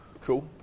Cool